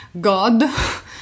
God